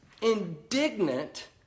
Indignant